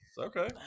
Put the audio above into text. Okay